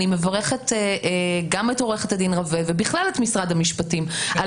אני מברכת גם את עו"ד רווה ובכלל את משרד המשפטים על